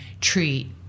treat